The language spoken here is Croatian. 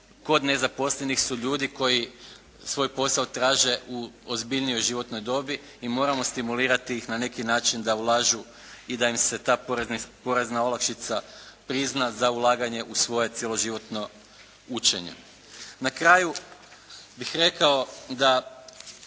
kod nezaposlenih su ljudi koji svoj posao traže u ozbiljnijoj životnoj dobi i moramo stimulirati ih na neki način da ulažu i da im se ta porezna olakšica prizna za ulaganje u svoje cjeloživotno učenje. Na kraju bih rekao da